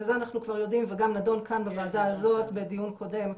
וזה אנחנו כבר יודעים וגם נדון כאן בוועדה הזאת בדיון קודם,